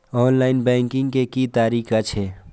Online banking के की तरीका छै?